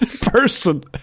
person